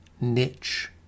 niche